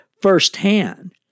firsthand